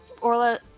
Orla